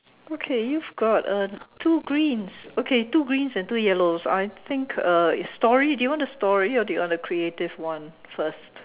okay you've got uh two greens okay two greens and two yellows I think uh it's story do you want the story or do you want the creative one first